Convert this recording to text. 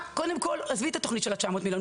קודם כל עזבי את התוכנית של ה-900 מיליון,